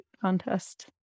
Contest